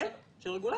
כן, של רגולטורים.